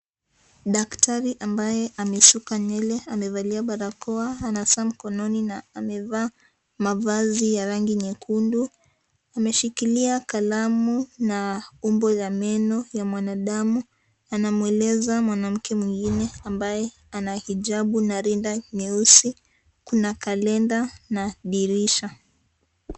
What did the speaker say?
Daktari ambaye amesuka nywele, amevalia barakoa, ana saa mkononi na, amevaa mavazi ya rangi nyekundu, ameshikiia kalamu, na, umbo la meno ya mwanadamu, anamweleza mwanamke mwingine ambaye, ana hijabu, na rinda nyeusi, kuna kalenda, na, dirisha.